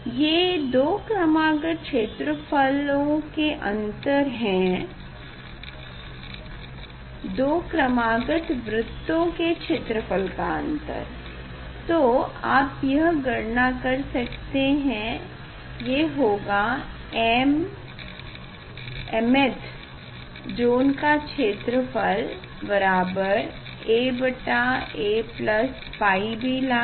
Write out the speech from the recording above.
ये दो क्रमागत क्षेत्रफलों के अन्तर हैं दो क्रमागत वृत्तों के क्षेत्रफलों का अन्तर तो आप यह गणना कर सकते हैं और ये होगा mth ज़ोन का क्षेत्रफल बराबर a a bπb𝞴